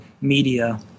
media